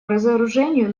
разоружению